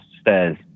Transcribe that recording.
stairs